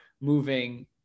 moving